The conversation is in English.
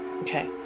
okay